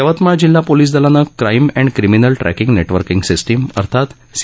यवतमाळ जिल्हा पोलीस दलानं crime and criminal tracking networking system अर्थात सी